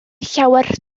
llawer